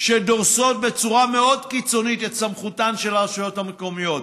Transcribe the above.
שדורסות בצורה מאוד קיצונית את סמכותן של הרשויות המקומיות,